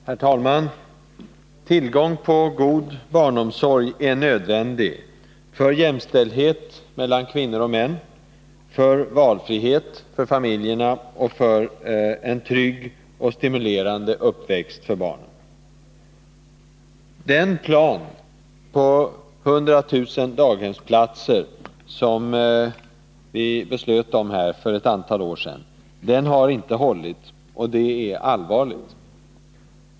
Herr talman! Tillgång på god barnomsorg är nödvändig för jämställdhet mellan kvinnor och män, för valfrihet för familjerna och för en trygg och stimulerande uppväxt för barnen. Den plan på 100 000 daghemsplatser som vi beslöt om här för ett antal år sedan har inte hållit, och det är allvarligt.